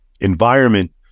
environment